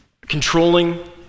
controlling